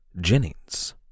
Jennings